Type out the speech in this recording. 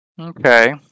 Okay